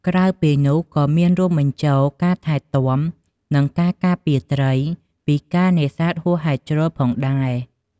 ក្រៅពីនោះក៏មានរួមបញ្ចូលការថែទាំ និងការការពារត្រីពីការនេសាទហួសហេតុជ្រុលផងដែរ។